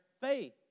faith